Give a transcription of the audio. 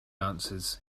answers